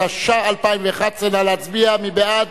התשע"א 2011. נא להצביע, מי בעד?